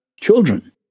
children